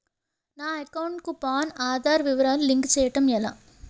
నా అకౌంట్ కు పాన్, ఆధార్ వివరాలు లింక్ చేయటం ఎలా?